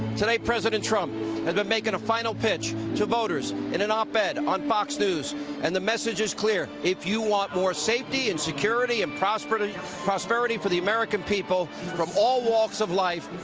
today, president trump has been making a final pitch to voters and an op ed on fox news and the message is clear. if you want more safety and security and prosperity and prosperity for the american people want, from all walks of life,